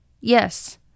Yes